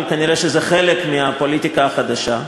אבל כנראה זה חלק מהפוליטיקה החדשה.